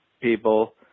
people